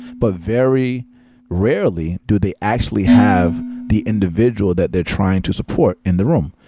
but very rarely do they actually have the individual that they're trying to support in the room,